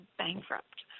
bankrupt